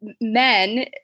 men